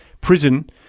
prison